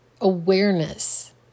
awareness